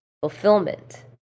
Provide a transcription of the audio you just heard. fulfillment